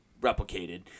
replicated